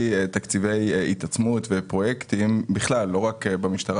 תקציבי התעצמות ופרויקטים בכלל בכל המדינה ולא רק במשטרה